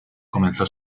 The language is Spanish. comenzó